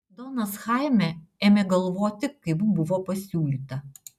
donas chaime ėmė galvoti kaip buvo pasiūlyta